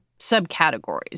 subcategories